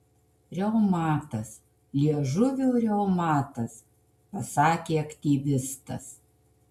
reumatas liežuvio reumatas pasakė aktyvistas